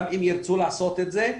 גם אם ירצו לעשות את זה,